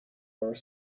are